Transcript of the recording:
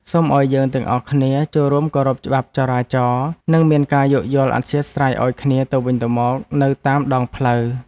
សូមឱ្យយើងទាំងអស់គ្នាចូលរួមគោរពច្បាប់ចរាចរណ៍និងមានការយោគយល់អធ្យាស្រ័យឱ្យគ្នាទៅវិញទៅមកនៅតាមដងផ្លូវ។